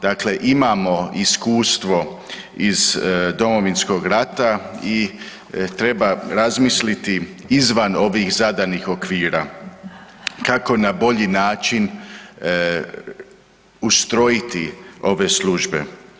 Dakle imamo iskustvo iz Domovinskog rata i treba razmisliti izvan ovih zadanih okvira kako na bolji način ustrojiti ove službe.